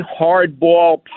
hardball